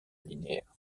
linéaire